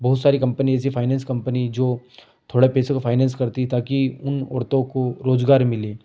बहुत सारी कम्पनी ऐसी फाइनेंस कम्पनी जो थोड़े पैसों को फाइनेंस करती ताकि उन औरतों को रोज़गार मिले